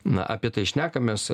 na apie tai šnekamės